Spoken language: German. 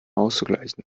auszugleichen